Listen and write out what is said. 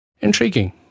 Intriguing